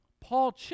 Paul